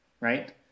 right